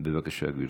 בבקשה, גברתי.